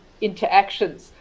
interactions